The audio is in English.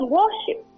worship